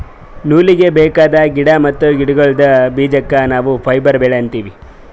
ನೂಲೀಗಿ ಬೇಕಾದ್ ಗಿಡಾ ಮತ್ತ್ ಗಿಡಗೋಳ್ದ ಬೀಜಕ್ಕ ನಾವ್ ಫೈಬರ್ ಬೆಳಿ ಅಂತೀವಿ